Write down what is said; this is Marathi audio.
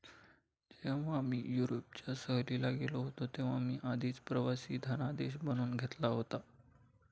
जेव्हा मी युरोपच्या सहलीला गेलो होतो तेव्हा मी आधीच प्रवासी धनादेश बनवून घेतला होता